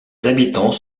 habitants